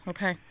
Okay